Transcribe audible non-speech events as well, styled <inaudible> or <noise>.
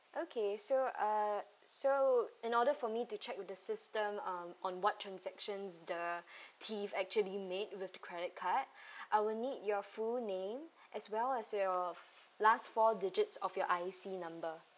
okay so uh so in order for me to check with the system um on what transactions the <breath> thief actually made with the credit card <breath> I will need your full name as well as your last four digits of your I_C number